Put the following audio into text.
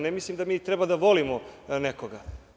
Ne mislim da mi treba da volimo nekoga.